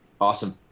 Awesome